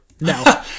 no